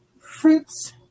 fruits